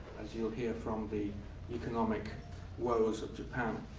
as you'll hear, from the economic woes of japan.